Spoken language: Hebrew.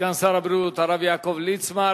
סגן שר הבריאות, הרב יעקב ליצמן.